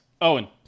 Owen